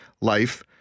life